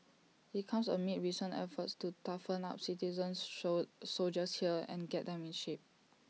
IT comes amid recent efforts to toughen up citizen so soldiers here and get them in shape